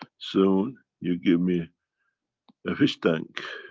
soon, you give me a fish tank,